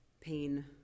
pain